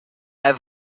have